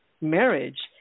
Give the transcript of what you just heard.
marriage